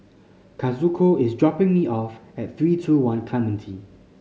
Kazuko is dropping me off at Three Two One Clementi